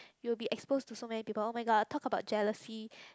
you'll be exposed to so many people oh-my-god talk about jealousy